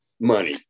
money